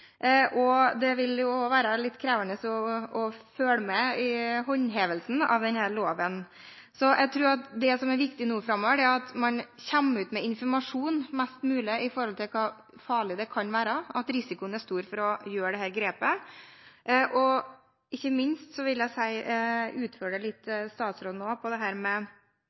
og det vil være litt krevende å følge med på håndhevelsen av denne loven. Derfor tror jeg at det som er viktig framover, er at man kommer ut med mest mulig informasjon om hvor farlig det kan være, og at risikoen er stor ved å gjøre dette. Jeg vil ikke minst også utfordre statsråden litt på spørsmålet om hvordan Tollvesenet nå skal håndheve denne loven: Vil de få ekstra midler til å gjøre det?